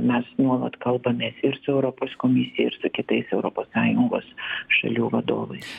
mes nuolat kalbamės ir su europos komisija ir su kitais europos sąjungos šalių vadovais